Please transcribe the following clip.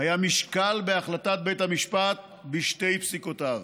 היה משקל בהחלטת בית המשפט בשתי פסיקותיו.